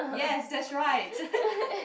yes that's right